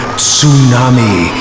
tsunami